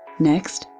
next,